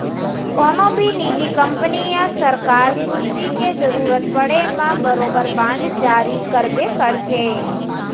कोनों भी निजी कंपनी या सरकार पूंजी के जरूरत परे म बरोबर बांड जारी करबे करथे